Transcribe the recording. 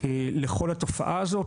לכל התופעה הזאת.